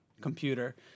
computer